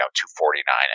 249